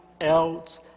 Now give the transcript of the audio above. else